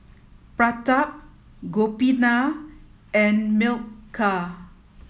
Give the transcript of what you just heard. Pratap Gopinath and Milkha